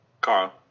Carl